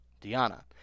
Diana